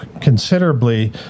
considerably